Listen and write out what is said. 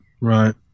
Right